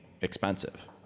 expensive